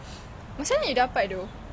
macam mana you dapat though